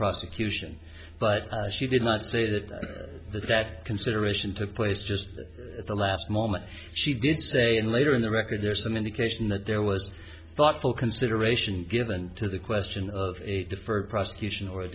prosecution but she did not say that the that consideration took place just at the last moment she did say and later in the record there's an indication that there was thoughtful consideration given to the question of a deferred prosecution or